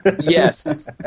yes